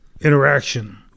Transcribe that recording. interaction